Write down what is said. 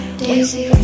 daisy